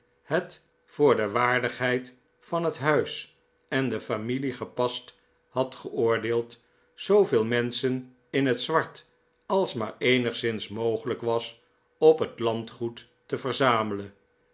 het voor de waardigheid van het huis en de familie gepast had geoordeeld zooveel menschen in het zwart als maar eenigszins mogelijk was op het landgoed te verzamelen